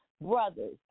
Brothers